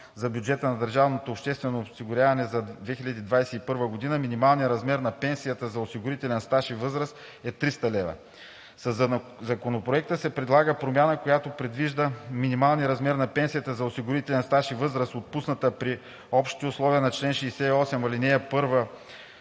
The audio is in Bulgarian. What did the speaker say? за бюджета на държавното обществено осигуряване за 2021 г. минималният размер на пенсията за осигурителен стаж и възраст е 300 лв. Със Законопроекта се предлага промяна, която предвижда минималният размер на пенсията за осигурителен стаж и възраст, отпусната при общите условия на чл. 68, ал. 1